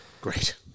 great